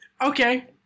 Okay